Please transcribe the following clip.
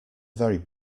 very